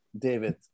David